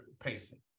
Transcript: pacing